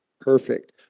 perfect